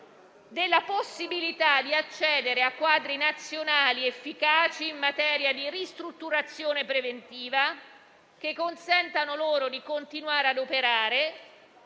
finanziarie, di accedere a quadri nazionali efficaci in materia di ristrutturazione preventiva che consentano loro di continuare a operare,